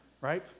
right